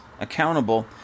Accountable